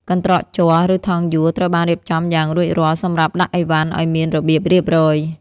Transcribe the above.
កន្ត្រកជ័រ ឬថង់យួរត្រូវបានរៀបចំយ៉ាងរួចរាល់សម្រាប់ដាក់ឥវ៉ាន់ឱ្យមានរបៀបរៀបរយ។